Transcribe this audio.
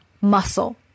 muscle